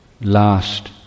last